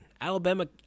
Alabama